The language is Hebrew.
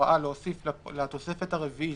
לתוספת הרביעית